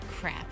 crap